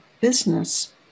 business